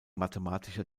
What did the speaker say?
mathematischer